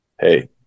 hey